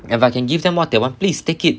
and I can give them what they want please take it